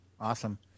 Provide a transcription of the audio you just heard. awesome